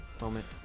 moment